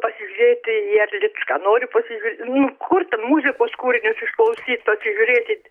pasižiūrėti į erlicką noriu pasižiū nu kur ten muzikos kūrinius išklausyt žiūrėti